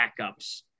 backups